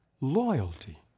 loyalty